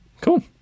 Cool